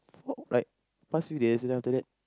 like past few days then after that